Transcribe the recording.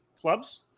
clubs